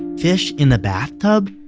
fish in the bathtub?